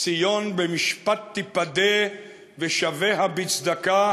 "ציון במשפט תִפָּדה ושביה בצדקה",